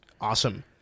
awesome